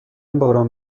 باران